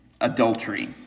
adultery